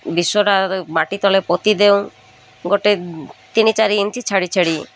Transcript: ବିଷଟା ମାଟି ତଳେ ପୋତି ଦେଉ ଗୋଟେ ତିନି ଚାରି ଇଞ୍ଚ ଛାଡ଼ି ଛାଡ଼ି